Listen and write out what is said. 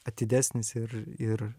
atidesnis ir ir